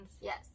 Yes